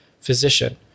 physician